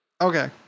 Okay